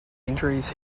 injuries